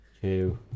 two